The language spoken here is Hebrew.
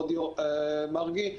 חבר הכנסת מרגי.